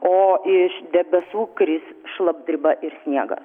o iš debesų kris šlapdriba ir sniegas